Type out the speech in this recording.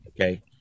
okay